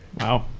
wow